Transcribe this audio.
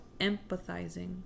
empathizing